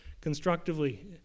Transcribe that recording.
constructively